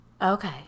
Okay